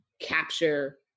capture